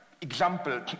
example